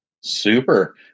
Super